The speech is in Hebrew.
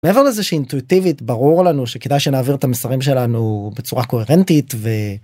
מעבר לזה שאינטואיטיבית ברור לנו שכדאי שנעביר את המסרים שלנו בצורה קוהרנטית ו...